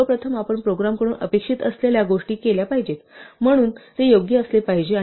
सर्व प्रथम आपण प्रोग्रामकडून अपेक्षित असलेल्या गोष्टी केल्या पाहिजेत म्हणून ते योग्य असले पाहिजे